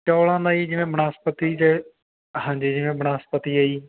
ਚੌਲਾਂ ਦਾ ਜੀ ਜਿਵੇਂ ਬਨਸਪਤੀ 'ਚ ਹਾਂਜੀ ਜਿਵੇਂ ਬਨਸਪਤੀ ਹੈ ਜੀ